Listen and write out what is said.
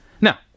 Now